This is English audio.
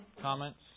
Comments